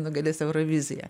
nugalės euroviziją